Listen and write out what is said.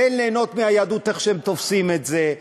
תן ליהנות מהיהדות איך שהם תופסים את זה.